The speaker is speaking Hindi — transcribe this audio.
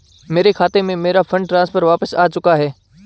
मेरे खाते में, मेरा फंड ट्रांसफर वापस आ चुका है